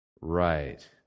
Right